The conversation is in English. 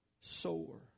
sore